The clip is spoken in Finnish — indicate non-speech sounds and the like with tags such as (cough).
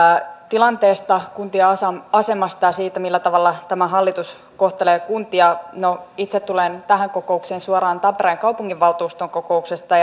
tilanteesta kuntien asemasta ja siitä millä tavalla tämä hallitus kohtelee kuntia no itse tulen tähän kokoukseen suoraan tampereen kaupunginvaltuuston kokouksesta (unintelligible)